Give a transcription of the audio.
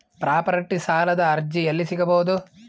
Property ಸಾಲದ ಅರ್ಜಿ ಎಲ್ಲಿ ಸಿಗಬಹುದು?